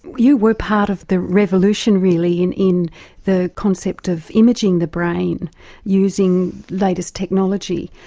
you were part of the revolution really in in the concept of imaging the brain using latest technology.